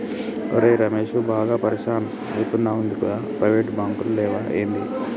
ఒరే రమేశూ, బాగా పరిషాన్ అయితున్నవటగదా, ప్రైవేటు బాంకులు లేవా ఏంది